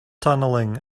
tunneling